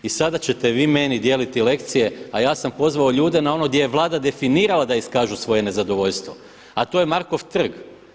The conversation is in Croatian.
I sada ćete vi meni dijeliti lekcije a ja sam pozvao ljude na ono di je Vlada definirala da iskažu svoje nezadovoljstvo a to je Markov trg.